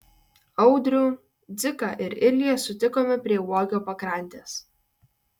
audrių dziką ir ilją sutikome prie uogio pakrantės